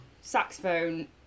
Saxophone